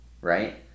Right